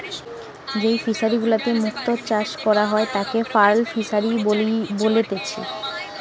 যেই ফিশারি গুলাতে মুক্ত চাষ করা হয় তাকে পার্ল ফিসারী বলেতিচ্ছে